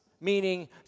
Meaning